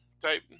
type